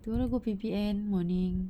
tomorrow go P_P_N morning